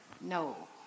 No